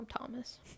Thomas